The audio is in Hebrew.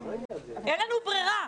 אין לנו ברירה.